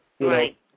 Right